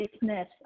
Business